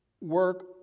work